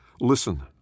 Listen